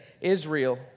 Israel